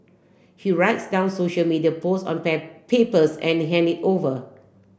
he writes down social media posts on papers and hand it over